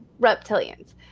reptilians